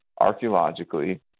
archaeologically